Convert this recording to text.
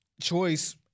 choice